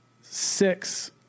six